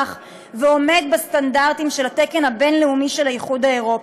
ועומד בסטנדרטים של התקן הבין-לאומי של האיחוד האירופי.